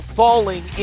falling